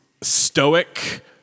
stoic